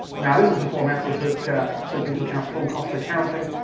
now, this was before nasa took took into account full-cost accounting,